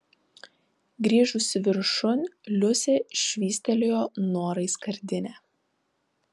grįžusi viršun liusė švystelėjo norai skardinę